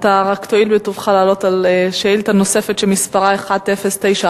רק תואיל בטובך לענות על שאילתא נוספת שמספרה 1091,